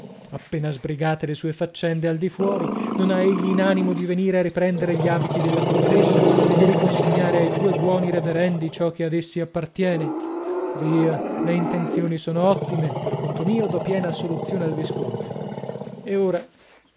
appena sbrigate le sue faccende al di fuori non ha egli in animo di venire a riprendere gli abiti della contessa e di riconsegnare ai due buoni reverendi ciò che ad essi appartiene via le intenzioni sono ottime per conto mio do piena assoluzione al visconte ed ora